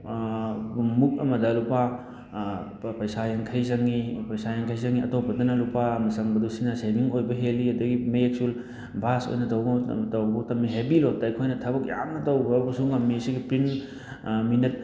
ꯃꯨꯛ ꯑꯃꯗ ꯂꯨꯄꯥ ꯄꯩꯁꯥ ꯌꯥꯡꯈꯩ ꯆꯪꯉꯤ ꯄꯩꯁꯥ ꯌꯥꯡꯈꯩ ꯆꯪꯉꯤ ꯑꯇꯣꯞꯄꯗꯅ ꯂꯨꯄꯥ ꯑꯃ ꯆꯪꯕꯗꯨ ꯁꯤꯅ ꯁꯦꯕꯤꯡ ꯑꯣꯏꯕ ꯍꯦꯜꯂꯤ ꯑꯗꯒꯤ ꯃꯌꯦꯛꯁꯨ ꯚꯥꯁ ꯑꯣꯏꯅ ꯇꯧꯕ ꯃꯇꯝ ꯇꯧꯕ ꯃꯇꯝꯗ ꯍꯦꯚꯤ ꯂꯣꯗꯇ ꯑꯩꯈꯣꯏꯅ ꯊꯕꯛ ꯌꯥꯝꯅ ꯇꯧꯕꯁꯨ ꯉꯝꯃꯤ ꯃꯁꯤꯒꯤ ꯄ꯭ꯔꯤꯟ ꯃꯤꯅꯠ